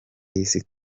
y’isi